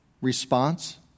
response